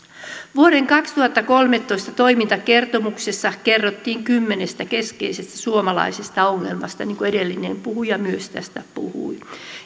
vuoden kaksituhattakolmetoista toimintakertomuksessa kerrottiin kymmenestä keskeisestä suomalaisesta ongelmasta niin kuin myös edellinen puhuja tästä puhui